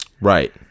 Right